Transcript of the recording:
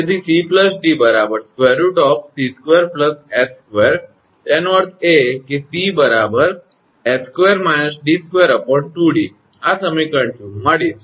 તેથી 𝑐 𝑑 √𝑐2 𝑠2 તેનો અર્થ એ કે 𝑐 𝑠2 − 𝑑2 2𝑑 આ સમીકરણ 44 છે